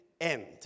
end